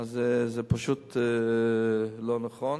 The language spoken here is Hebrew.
זה פשוט לא נכון.